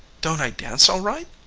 don't i dance all right?